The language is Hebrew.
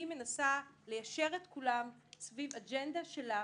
היא מנסה ליישר את כולם סביב אג'נדה שלה,